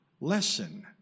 lesson